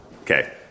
Okay